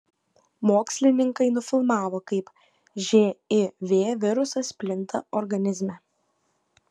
mokslininkai nufilmavo kaip živ virusas plinta organizme